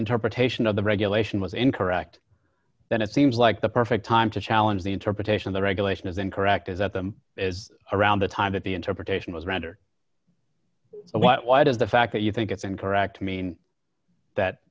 interpretation of the regulation was incorrect then it seems like the perfect time to challenge the interpretation the regulation is incorrect is that the is around the time that the interpretation was rendered why does the fact that you think it's incorrect mean that